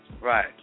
Right